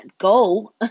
go